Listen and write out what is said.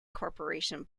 corporation